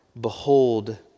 behold